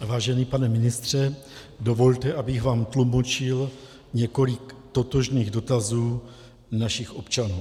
Vážený pane ministře, dovolte, abych vám tlumočil několik totožných dotazů našich občanů.